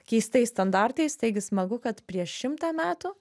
keistais standartais taigi smagu kad prieš šimtą metų